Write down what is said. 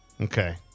Okay